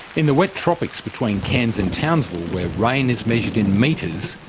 in the wet tropics between cairns and townsville where rain is measured in metres,